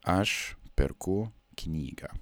aš perku knygą